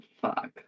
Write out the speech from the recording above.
fuck